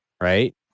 right